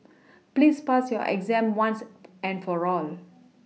please pass your exam once and for all